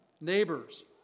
neighbors